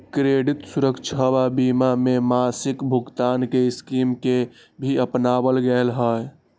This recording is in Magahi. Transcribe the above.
क्रेडित सुरक्षवा बीमा में मासिक भुगतान के स्कीम के भी अपनावल गैले है